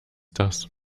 das